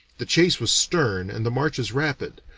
the chase was stern and the marches rapid,